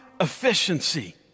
efficiency